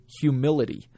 humility